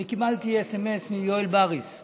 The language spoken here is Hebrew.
אני קיבלתי סמ"ס מיואל בריס,